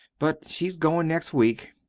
but she's goin' next week.